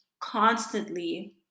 constantly